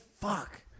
Fuck